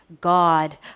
God